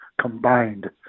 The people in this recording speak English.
combined